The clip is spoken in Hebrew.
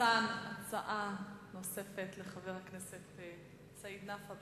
הצעה נוספת לחבר הכנסת סעיד נפאע.